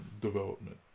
development